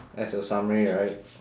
as a summary right